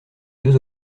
deux